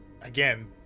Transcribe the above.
again